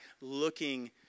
looking